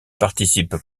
participent